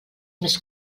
més